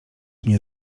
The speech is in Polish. mnie